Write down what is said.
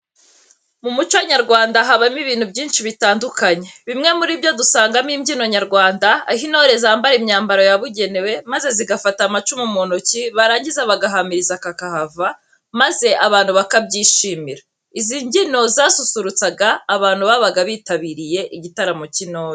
Mu muco nyarwanda habamo ibintu byinshi bitandukanye. Bimwe muri byo dusangamo imbyino nyarwanda, aho intore zambara imyambaro yabugenewe maze zigafata amacumu mu ntoki barangiza bagahamiriza kakahava, maze abantu bakabyishimira. Izi mbyino zasusurutsaga abantu babaga bitabiriye igitaramo cy'intore.